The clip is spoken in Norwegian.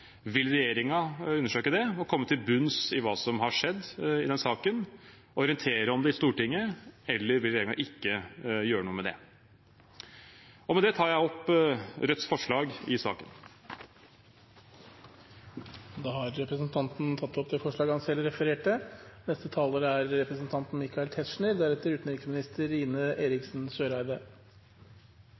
Vil regjeringen undersøke det og komme til bunns i hva som har skjedd i den saken og orientere om det i Stortinget, eller vil regjeringen ikke gjøre noe med det? Med det tar jeg opp Rødts forslag i saken. Representanten Bjørnar Moxnes har tatt opp de forslagene han refererte til. Forrige innlegg inneholder mange invitasjoner til avsporinger. Jeg kan kanskje nøye meg med å si at det